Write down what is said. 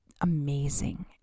amazing